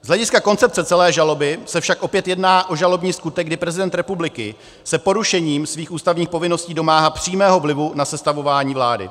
Z hlediska koncepce celé žaloby se však opět jedná o žalobní skutek, kdy prezident republiky se porušením svých ústavních povinností domáhá přímého vlivu na sestavování vlády.